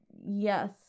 Yes